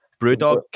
Brewdog